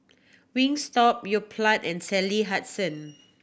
Wingstop Yoplait and Sally Hansen